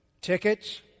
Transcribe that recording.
tickets